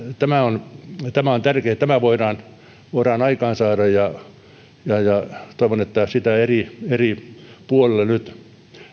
tämä on tämä on tärkeä tämä voidaan voidaan aikaansaada ja ja toivon että sitä eri eri puolilla nyt